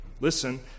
listen